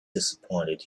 disappointed